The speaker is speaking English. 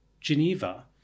Geneva